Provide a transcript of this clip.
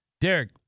Derek